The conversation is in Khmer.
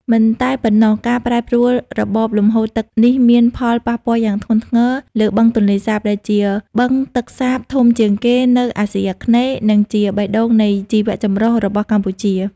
មិនតែប៉ុណ្ណោះ ការប្រែប្រួលរបបលំហូរទឹកនេះមាន ផលប៉ះពាល់យ៉ាងធ្ងន់ធ្ងរលើបឹងទន្លេសាប ដែលជាបឹងទឹកសាបធំជាងគេនៅអាស៊ីអាគ្នេយ៍ និងជាបេះដូងនៃជីវៈចម្រុះរបស់កម្ពុជា។